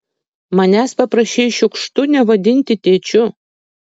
manęs paprašei šiukštu nevadinti tėčiu